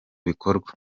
bikorwa